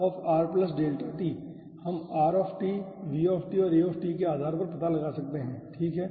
तो r t delta t हम r v और a के आधार पर पता लगा सकते हैं ठीक है